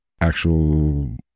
actual